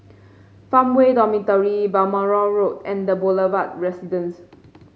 Farmway Dormitory Balmoral Road and The Boulevard Residence